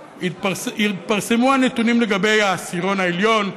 התפרסמו הנתונים לגבי העשירון התחתון,